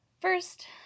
First